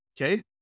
okay